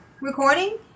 recording